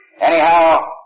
Anyhow